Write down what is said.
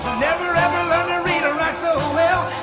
never ever learned to read or write so well